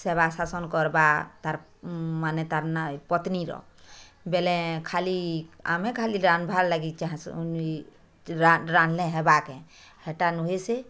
ସେବା ଶାସନ୍ କର୍ବା ତାର୍ ମାନେ ତାର୍ ପତ୍ନୀର ବେଲେଁ ଖାଲି ଆମେ ଖାଲି ରାନ୍ଧ୍ବାର୍ ଲାଗି ଚାହେଁସୁ ରାନ୍ଧ୍ଲେ ହେବା କେଁ ହେଟା ନୁହେଁ ସେ